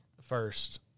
first